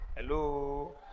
Hello